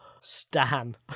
Stan